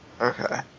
Okay